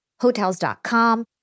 Hotels.com